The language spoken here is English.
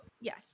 yes